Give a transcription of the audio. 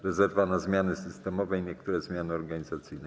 Rezerwa na zmiany systemowe i niektóre zmiany organizacyjne.